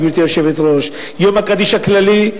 גברתי היושבת-ראש: יום הקדיש הכללי,